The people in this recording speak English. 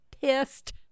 pissed